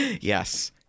Yes